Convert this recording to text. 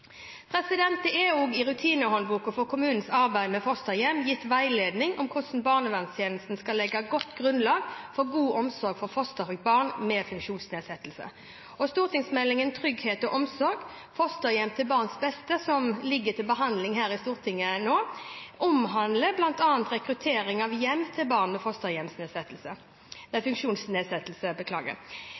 Det er også i Rutinehåndbok for kommunenes arbeid med fosterhjem gitt veiledning om hvordan barnevernstjenestene skal legge grunnlag for god omsorg for fosterbarn med funksjonsnedsettelser. Stortingsmeldingen «Trygghet og omsorg – Fosterhjem til barns beste», som ligger til behandling her i Stortinget nå, omhandler bl.a. rekruttering av hjem til barn med